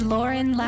Lauren